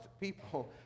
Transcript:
people